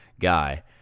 guy